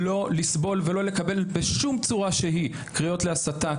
לא לסבול ולא לקבל בשום צורה שהיא קריאות להסתה,